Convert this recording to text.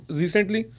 recently